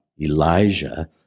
Elijah